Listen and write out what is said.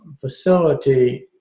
facility